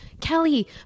Kelly